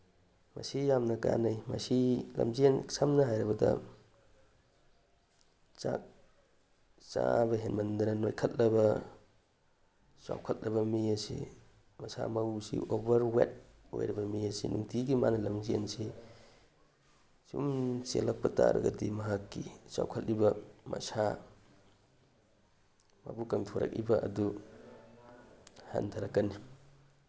ꯃꯁꯤ ꯌꯥꯝꯅ ꯀꯥꯟꯅꯩ ꯃꯁꯤ ꯁꯝꯅ ꯍꯥꯏꯔꯕꯗ ꯆꯥꯛ ꯆꯥꯕ ꯍꯦꯟꯃꯟꯗꯅ ꯅꯣꯏꯈꯠꯂꯕ ꯆꯥꯎꯈꯠꯂꯕ ꯃꯤ ꯑꯁꯤ ꯃꯁꯥ ꯃꯎꯁꯤ ꯑꯣꯚꯔ ꯋꯦꯠ ꯑꯣꯏꯔꯕ ꯃꯤ ꯑꯁꯤ ꯅꯨꯡꯇꯤꯒꯤ ꯃꯥꯅ ꯂꯝꯖꯦꯟꯁꯤ ꯁꯨꯝ ꯆꯦꯜꯂꯛꯄ ꯇꯥꯔꯒꯗꯤ ꯃꯍꯥꯛꯀꯤ ꯆꯥꯎꯈꯠꯂꯤꯕ ꯃꯁꯥ ꯃꯕꯨꯛ ꯀꯪꯊꯣꯔꯛꯏꯕ ꯑꯗꯨ ꯍꯟꯊꯔꯛꯀꯅꯤ